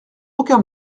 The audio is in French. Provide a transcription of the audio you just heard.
aucun